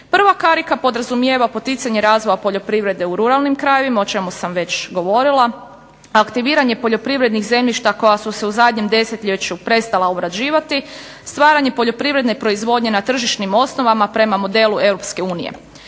Prva karika podrazumijeva poticanje razvoja poljoprivrede u ruralnim krajevima Republike Hrvatske, o čemu sam već govorila, aktiviranje poljoprivrednih zemljišta koja su se u zadnjem desetljeću prestala obrađivati, stvaranje poljoprivredne proizvodnje na tržišnim osnovama prema modelu